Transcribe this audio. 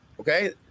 okay